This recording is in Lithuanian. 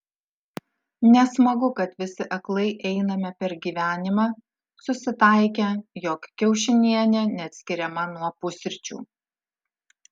nesmagu kad visi aklai einame per gyvenimą susitaikę jog kiaušinienė neatskiriama nuo pusryčių